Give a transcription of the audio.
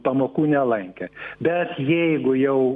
pamokų nelankė bet jeigu jau